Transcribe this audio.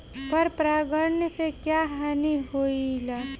पर परागण से क्या हानि होईला?